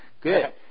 Good